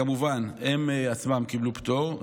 כמובן, הן קיבלו פטור.